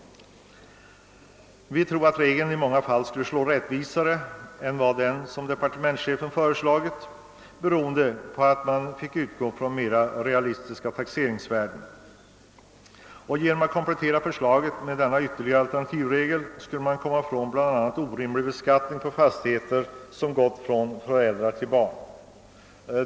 Vi tror att den av oss föreslagna regeln i många fall verkar rättvisare än den departementschefen föreslagit beroende på att den gör det möjligt att utgå från mer realistiska taxeringsvärden. Genom att komplettera förslaget med denna ytterligare alternativregel skulle man komma ifrån orimlig beskattning på fastigheter som gått från föräldrar till barn.